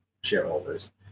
shareholders